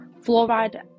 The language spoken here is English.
Fluoride